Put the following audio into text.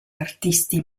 artisti